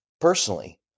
personally